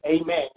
Amen